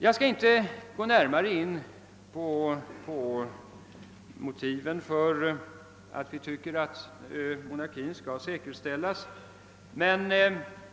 Jag skall inte gå närmare in på motiven för att monarkin enligt min mening skall säkerställas.